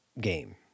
game